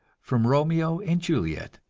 from romeo and juliet,